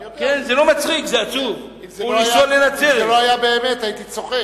אני יודע, אם זה לא היה באמת הייתי צוחק.